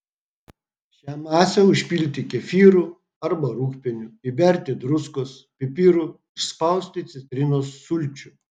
šią masę užpilti kefyru arba rūgpieniu įberti druskos pipirų išspausti citrinos sulčių